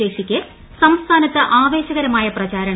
ശേഷിക്കെ സംസ്കൂർനുത്ത് ആവേശകരമായ പ്രചാരണം